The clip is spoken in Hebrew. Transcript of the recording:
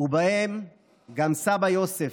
ובהם גם סבא יוסף,